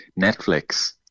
Netflix